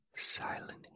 Silent